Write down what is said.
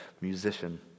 musician